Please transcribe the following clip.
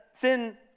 thin